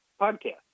podcast